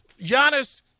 Giannis